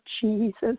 Jesus